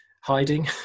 hiding